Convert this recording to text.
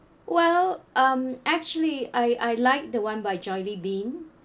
well um actually I I like the [one] by Jollibean